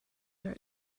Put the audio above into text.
are